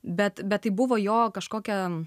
bet bet tai buvo jo kažkokia